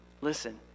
listen